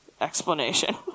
explanation